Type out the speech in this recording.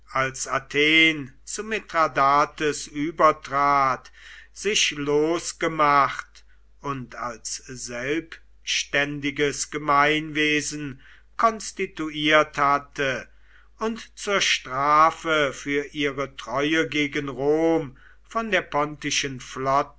als athen zu mithradates übertrat sich losgemacht und als selbständiges gemeinwesen konstituiert hatte und zur strafe für ihre treue gegen rom von der pontischen flotte